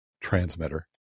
transmitter